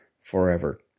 forever